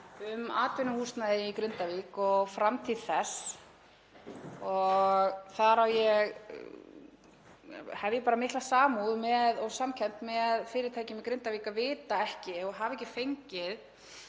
um atvinnuhúsnæði í Grindavík og framtíð þess. Ég hef mikla samúð og samkennd með fyrirtækjum í Grindavík að vita ekki og hafa ekki fengið